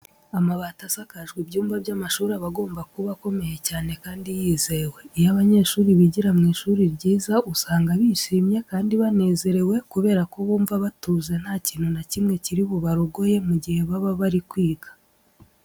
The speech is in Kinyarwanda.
Amabati asakajwe ibyumba by'amashuri aba agomba kuba akomeye cyane kandi yizewe. Iyo abanyeshuri bigira mu ishuri ryiza usanga bishimye kandi banezerewe kubera ko bumva batuje nta kintu na kimwe kiri bubarogoye mu gihe baba bari kwiga.